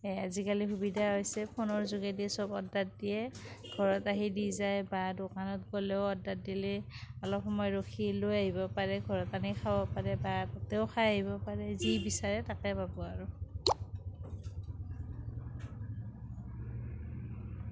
আজিকালি সুবিধা হৈছে ফোনৰ যোগেদি চব অৰ্ডাৰ দিয়ে ঘৰত আহি দি যায় বা দোকানত গ'লেও অৰ্ডাৰ দিলে অলপ সময় ৰখি লৈ আহিব পাৰে ঘৰত আনি খাব পাৰে বা তাতেও খাই আহিব পাৰে যি বিচাৰে তাকেই পাব আৰু